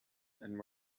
and